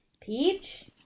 Peach